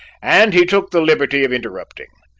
and he took the liberty of interrupting.